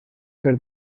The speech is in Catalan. per